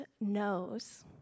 knows